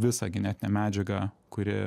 visą genetinę medžiagą kuri